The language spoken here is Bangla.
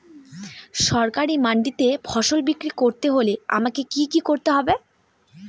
সরকারি মান্ডিতে ফসল বিক্রি করতে হলে আমাকে কি কি করতে হবে?